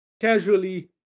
casually